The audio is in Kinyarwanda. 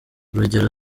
urugero